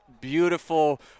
beautiful